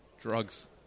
Drugs